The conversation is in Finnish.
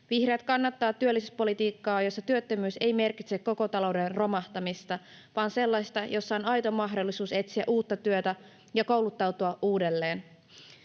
Vihreät kannattavat työllisyyspolitiikkaa, jossa työttömyys ei merkitse koko talouden romahtamista vaan sitä, että on aito mahdollisuus etsiä uutta työtä ja kouluttautua uudelleen.